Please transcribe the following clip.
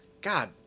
God